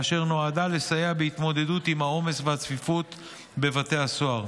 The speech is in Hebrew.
אשר נועדה לסייע בהתמודדות עם העומס והצפיפות בבתי הסוהר.